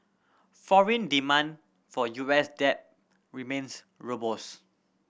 foreign demand for U S debt remains robust